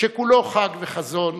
שכולו חג וחזון,